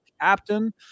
Captain